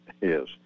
Yes